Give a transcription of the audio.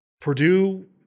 Purdue